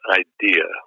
idea